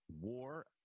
war